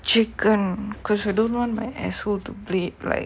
chicken because you don't want as who to break right